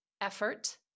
effort